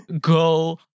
go